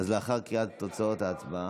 אז לאחר קריאת תוצאות ההצבעה,